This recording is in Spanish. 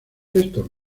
estos